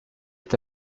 est